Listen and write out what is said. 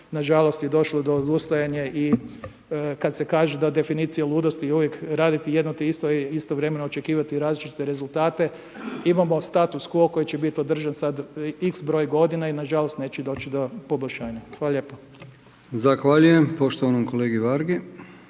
nažalost je došlo do odustajanja i kada se kaže da je definicija ludosti uvijek raditi jedno te isto i istovremeno očekivati različite rezultate. Imamo status quo koji će biti održan sad x broj godina i nažalost neće doći do poboljšanja. Hvala lijepo. **Brkić, Milijan (HDZ)** Zahvaljujem poštovanom kolegi Vargi.